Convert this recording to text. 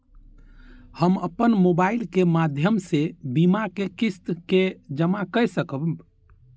हम अपन मोबाइल के माध्यम से बीमा के किस्त के जमा कै सकब?